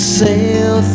sail